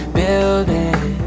building